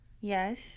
yes